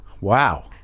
wow